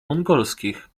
mongolskich